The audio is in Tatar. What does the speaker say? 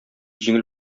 җиңел